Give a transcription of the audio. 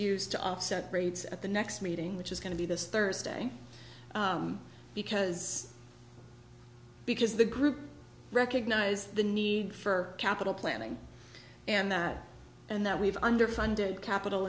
used to offset grades at the next meeting which is going to be this thursday because because the group recognize the need for capital planning and that and that we've underfunded capital